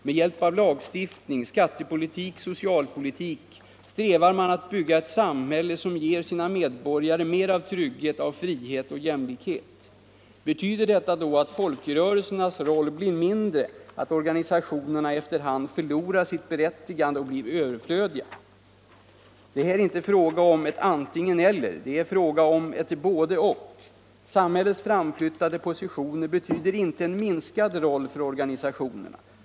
Med hjälp av lagstiftning, skattepolitik, socialpolitik strävar man att bygga ett samhälle som ger åt sina medborgare mer av trygghet, av frihet och jämlikhet. Betyder detta då att folkrörelsernas roll blir mindre, att organisationerna efter hand förlorar sitt berättigande och blir överflödiga? Det är här inte fråga om ett antingen och. Samhällets framflyttade positioner betyder inte en minskad roll för organisationerna.